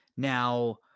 Now